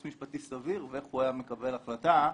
משפטי סביר ואיך הוא היה מקבל החלטה.